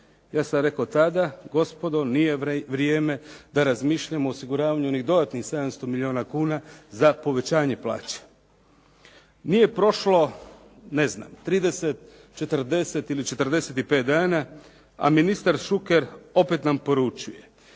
ja sam rekao tada gospodo nije vrijeme da razmišljanju o osiguravanju ni dodatnih 700 milijuna kuna za povećanje plaće. Nije prošlo ne znam 30, 40 ili 45 dana, a ministar Šuker opet na poručuje,